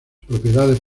propiedades